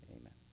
amen